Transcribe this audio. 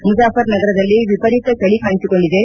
ಮುಜಾಫರ್ ನಗರದಲ್ಲಿ ವಿಪರೀತ ಚಳಿ ಕಾಣಿಸಿಕೊಂಡಿದೆ